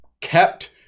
kept